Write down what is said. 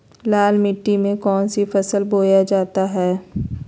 लाल मिट्टी में कौन सी फसल बोया जाता हैं?